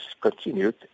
continued